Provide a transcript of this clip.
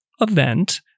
event